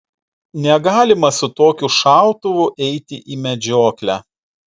negalima su tokiu šautuvu eiti į medžioklę